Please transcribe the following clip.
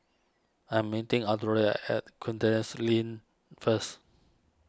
I'm meeting at Kandis Lane first